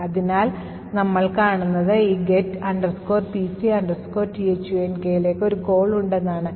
അതിനാൽ ആദ്യം നമ്മൾ കാണുന്നത് ഈ get pc thunk ലേക്ക് ഒരു കോൾ ഉണ്ടെന്നാണ്